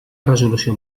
resolució